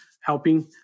helping